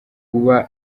kuba